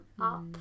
up